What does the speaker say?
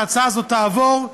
משההצעה הזאת תעבור,